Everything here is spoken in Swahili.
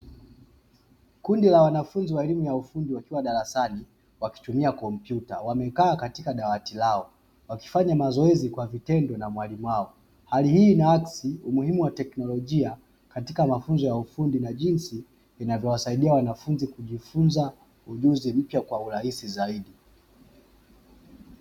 Kundi la wanafunzi wa elimu ya ufundi wakiwa darasani wakitumia kompyuta, wakikaa katika madawati yao, wakifanya mazoezi kwa vitendo na mwalimu wao, hali hii inakisi umuhimu wa teknolojia katika mafunzo ya ufundi na jinsi ya kuwasaidia wanafunzi kujifunza ujuzi mpya kaa urahisi zaidi.